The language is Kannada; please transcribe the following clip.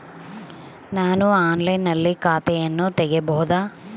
ನಾನು ಆನ್ಲೈನಿನಲ್ಲಿ ಖಾತೆಯನ್ನ ತೆಗೆಯಬಹುದಾ?